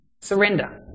Surrender